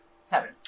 Seven